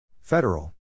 Federal